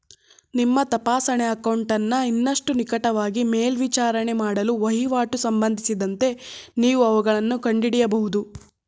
ನಿಮ್ಮ ತಪಾಸಣೆ ಅಕೌಂಟನ್ನ ಇನ್ನಷ್ಟು ನಿಕಟವಾಗಿ ಮೇಲ್ವಿಚಾರಣೆ ಮಾಡಲು ವಹಿವಾಟು ಸಂಬಂಧಿಸಿದಂತೆ ನೀವು ಅವುಗಳನ್ನ ಕಂಡುಹಿಡಿಯಬಹುದು